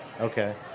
Okay